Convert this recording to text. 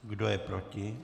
Kdo je proti?